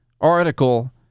article